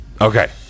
Okay